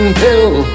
pill